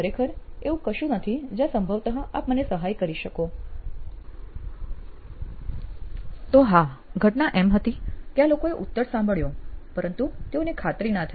ખરેખર એવું કશું નથી જ્યાં સંભવતઃ આપ મને સહાય કરી શકો' તો હા ઘટના એમ હતી કે આ લોકોએ ઉત્તર સાંભળ્યો પરંતુ તેઓને ખાતરી ના થઈ